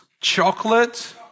chocolate